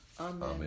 Amen